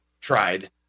tried